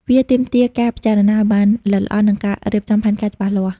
វាទាមទារការពិចារណាឲ្យបានល្អិតល្អន់ និងការរៀបចំផែនការច្បាស់លាស់។